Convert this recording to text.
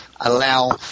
allow